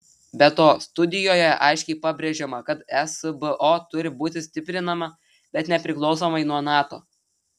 be to studijoje aiškiai pabrėžiama kad esbo turi būti stiprinama bet nepriklausomai nuo nato